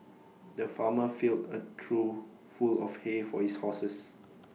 the farmer filled A trough full of hay for his horses